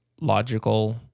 logical